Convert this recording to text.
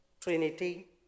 Trinity